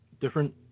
different